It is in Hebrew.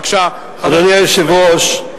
אדוני היושב-ראש,